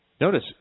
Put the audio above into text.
Notice